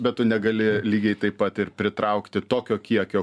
bet tu negali lygiai taip pat ir pritraukti tokio kiekio